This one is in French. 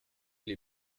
les